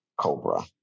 Cobra